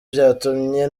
byatumye